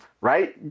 right